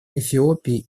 эфиопии